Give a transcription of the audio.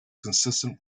consistent